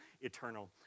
eternal